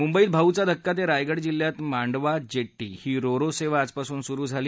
मुंबईत भाऊचा धक्का ते रायगड जिल्ह्यात मांडवा जेट्टी ही रो रो सेवा आजपासून सुरू झाली